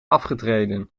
afgetreden